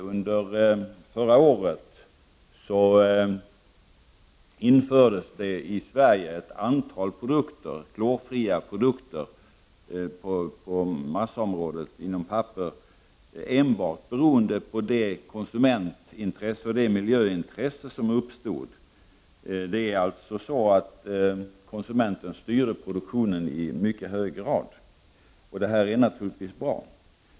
Under förra året infördes i Sverige ett antal klorfria produkter på massaområdet enbart beroende på det konsumentoch miljöintresse som uppstod. Konsumenterna styrde alltså produktionen i mycket hög grad. Detta är naturligtvis bra.